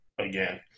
again